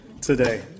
today